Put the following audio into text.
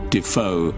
Defoe